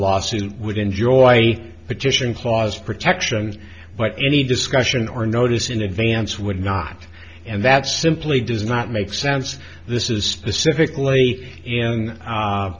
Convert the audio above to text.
lawsuit would enjoy any petition clause protection but any discussion or notice in advance would not and that simply does not make sense this is specifically in